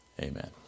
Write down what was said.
Amen